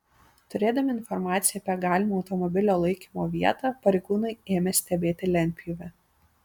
turėdami informaciją apie galimą automobilio laikymo vietą pareigūnai ėmė stebėti lentpjūvę